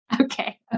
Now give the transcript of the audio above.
Okay